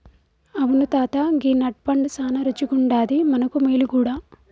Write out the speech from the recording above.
అవును తాత గీ నట్ పండు సానా రుచిగుండాది మనకు మేలు గూడా